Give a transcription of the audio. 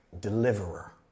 deliverer